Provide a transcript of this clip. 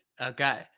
Okay